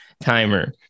timer